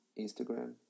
Instagram